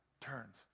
turns